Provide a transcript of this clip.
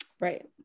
Right